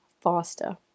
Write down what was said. faster